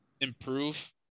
improve